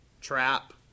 trap